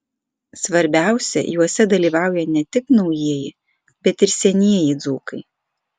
svarbiausia juose dalyvauja ne tik naujieji bet ir senieji dzūkai